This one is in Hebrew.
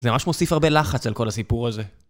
זה ממש מוסיף הרבה לחץ על כל הסיפור הזה.